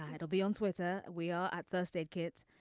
ah it'll be on twitter. we are at first aid kits.